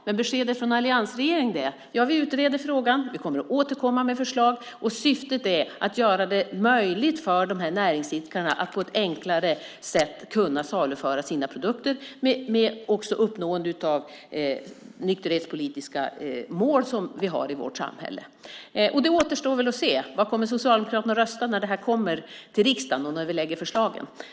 Men beskedet från alliansregeringen är att vi utreder frågan, och vi kommer att återkomma med förslag i syfte att göra det möjligt för dessa näringsidkare att på ett enklare sätt kunna saluföra sina produkter, också med uppnående av de nykterhetspolitiska mål vi har i vårt samhälle. Det återstår att se hur Socialdemokraterna kommer att rösta när dessa förslag läggs fram i riksdagen.